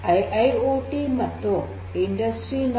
I I O T ಮತ್ತು industry ೪